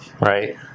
right